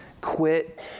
quit